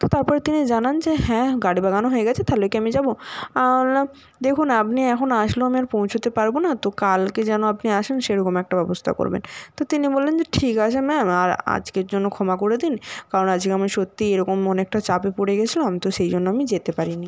তো তারপরে তিনি জানান যে হ্যাঁ গাড়ি বাগানো হয়ে গেছে তালে কি আমি যাব আমি বললাম দেখুন আপনি এখন আসলেও আমি আর পৌঁছতে পারব না তো কালকে যেন আপনি আসেন সেরকম একটা ব্যবস্থা করবেন তো তিনি বললেন যে ঠিক আছে ম্যাম আর আজকের জন্য ক্ষমা করে দিন কারণ আজকে আমি সত্যি এরকম অনেকটা চাপে পড়ে গেছিলাম তো সেই জন্য আমি যেতে পারিনি